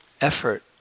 effort